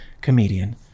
comedian